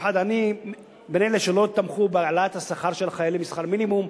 אני בין אלה שלא תמכו בהעלאת השכר של חיילים משכר מינימום,